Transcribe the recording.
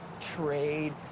trade